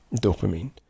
dopamine